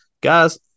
Guys